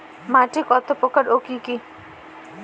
মাটি কত প্রকার ও কি কি?